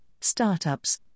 startups